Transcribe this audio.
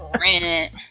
rent